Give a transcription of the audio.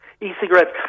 E-cigarettes